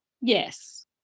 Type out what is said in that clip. Yes